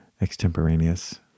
extemporaneous